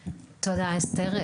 תודה, אסתר.